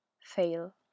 fail